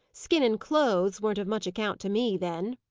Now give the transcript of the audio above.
skin and clothes weren't of much account to me, then.